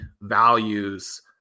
values